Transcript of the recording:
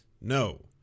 No